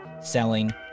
selling